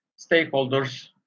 stakeholders